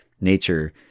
nature